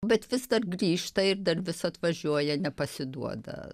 bet vis dar grįžta ir dar vis atvažiuoja nepasiduoda